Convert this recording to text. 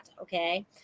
Okay